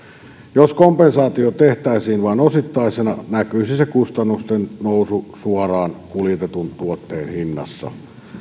jos kompensaatio tehtäisiin vain osittaisena näkyisi kustannusten nousu suoraan kuljetetun tuotteen hinnassa